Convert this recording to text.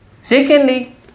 Secondly